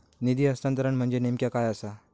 निधी हस्तांतरण म्हणजे नेमक्या काय आसा?